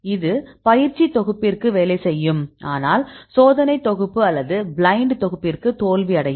இது பயிற்சி தொகுப்பிற்கு வேலை செய்யும் ஆனால் சோதனை தொகுப்பு அல்லது பிளைன்ட் தொகுப்பிற்கு தோல்வியடையும்